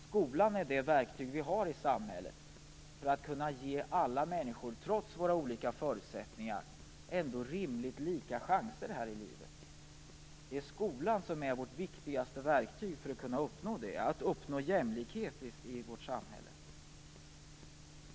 Skolan är det verktyg vi har i samhället för att kunna ge alla människor - trots våra olika förutsättningar - någorlunda lika chanser här i livet. Skolan är vårt viktigaste verktyg för att vi skall kunna uppnå jämlikhet i vårt samhälle.